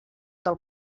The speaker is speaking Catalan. del